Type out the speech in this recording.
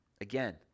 again